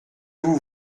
vous